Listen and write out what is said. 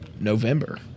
November